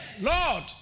Lord